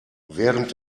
während